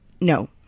No